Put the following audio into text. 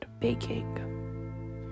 baking